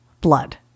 Blood